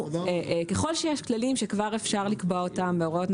ככל שיש כללים שכבר אפשר לקבוע אותם בהוראות,